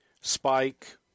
Spike